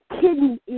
kidney